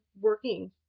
working